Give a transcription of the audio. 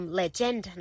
legend